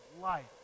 life